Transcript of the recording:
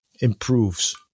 improves